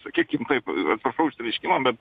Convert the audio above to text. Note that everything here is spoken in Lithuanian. sakykim taip atsiprašau išsireiškimą bet